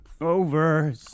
over